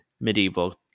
medieval